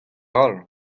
all